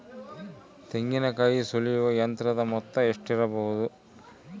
ತೆಂಗಿನಕಾಯಿ ಸುಲಿಯುವ ಯಂತ್ರದ ಮೊತ್ತ ಎಷ್ಟಿರಬಹುದು?